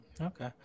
Okay